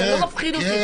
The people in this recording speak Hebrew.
אתה לא מפחיד אותי.